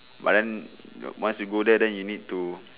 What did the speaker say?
but then once you go there then you need to